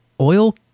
Oil